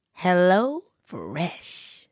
HelloFresh